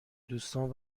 دوستام